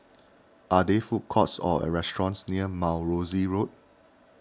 are they food courts or or restaurants near Mount Rosie Road